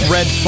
Red